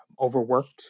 overworked